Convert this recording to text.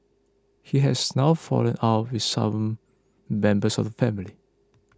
he has now fallen out with some members of the family